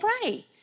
pray